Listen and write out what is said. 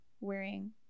wearing